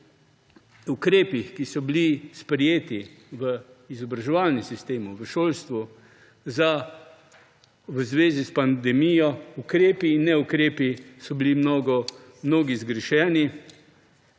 ukrepi, ki so bili sprejeti v izobraževalnem sistemu, v šolstvu v zvezi s pandemijo, ukrepi in neukrepi, zgrešeni.